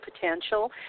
potential